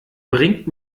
bringt